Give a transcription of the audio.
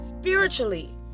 Spiritually